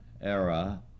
era